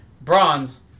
bronze